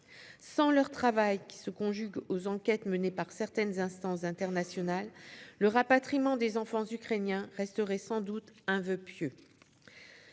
Sans leur travail, conjugué aux enquêtes menées par certaines instances internationales, le rapatriement des enfants ukrainiens resterait sans doute un voeu pieux.